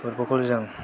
football खौ जों